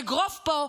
אגרוף פה,